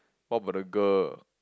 what about the girl